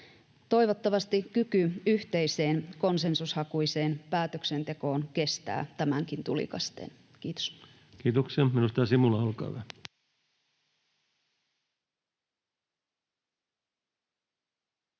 Toivottavasti kyky yhteiseen konsensushakuiseen päätöksentekoon kestää tämänkin tulikasteen. — Kiitos. Kiitoksia. — Edustaja Simula, olkaa hyvä.